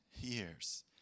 years